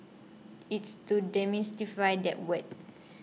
it's to demystify that word